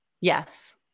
Yes